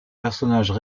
personnages